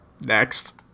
Next